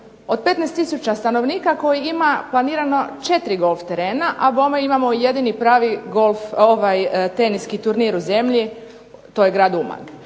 od 15 tisuća stanovnika koji ima planirano 4 golf terena a bome imamo jedini pravi teniski turnir u zemlji, to je grad Umag.